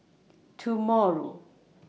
tomorrow